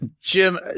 Jim